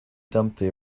dumpty